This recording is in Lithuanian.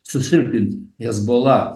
susilpnint hezbola